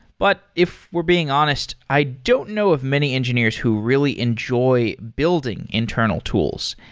but if we're being honest, i don't know of many engineers who really enjoy building internal tools.